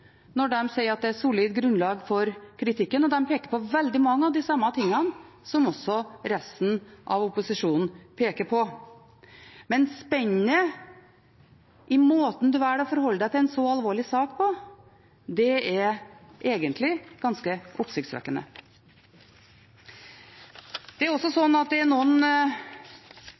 når de sier at det er solid grunnlag for kritikken, og de peker på veldig mange av de samme tingene som også resten av opposisjonen peker på. Men spennet i måten en velger å forholde seg til en så alvorlig sak på, er egentlig ganske oppsiktsvekkende. Det er noen